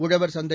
உழவர் சந்தை